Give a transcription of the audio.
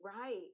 Right